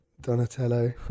Donatello